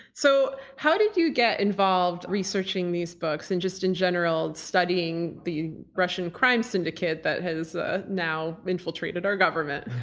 so how did you get involved researching these books, and just in general studying the russian crime syndicate that has ah now infiltrated our government?